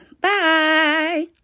Bye